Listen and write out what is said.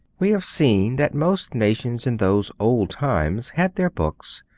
we have seen that most nations in those old times had their books,